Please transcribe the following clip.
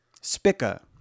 Spica